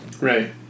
Right